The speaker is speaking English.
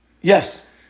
Yes